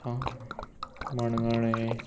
आं मणगणें